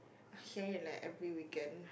I hear it like every weekend